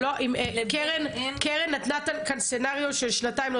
קרן נתנה כאן סצנריו שבו זה לא זז כבר שנתיים,